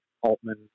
altman